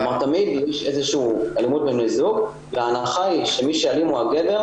כלומר תמיד באלימות בין בני זוג ההנחה היא שמי שאלים הוא הגבר,